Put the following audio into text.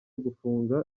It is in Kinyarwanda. gufunga